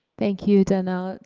thank you donnell,